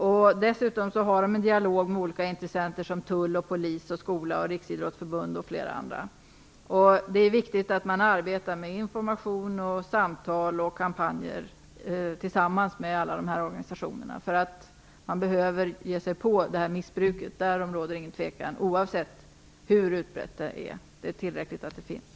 Det har dessutom en dialog med olika intressenter som tull, polis, skola, Riksidrottsförbundet m.fl. Det är viktigt att man arbetar med information, samtal och kampanjer tillsammans med alla dessa organ. Det råder ingen tvekan om att man behöver angripa detta missbruk, oavsett hur utbrett det är. Att det över huvud taget finns är tillräcklig anledning härtill.